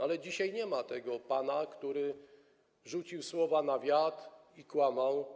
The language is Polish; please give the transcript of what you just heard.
Ale dzisiaj nie ma tego pana, który rzucił słowa na wiatr i kłamał.